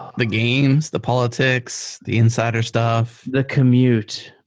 the games, the politics, the insider stuff. the commute.